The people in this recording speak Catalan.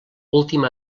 última